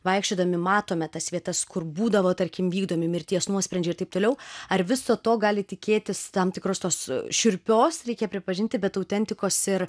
vaikščiodami matome tas vietas kur būdavo tarkim vykdomi mirties nuosprendžiai ir taip toliau ar viso to gali tikėtis tam tikrus tos šiurpios reikia pripažinti bet autentikos ir